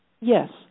Yes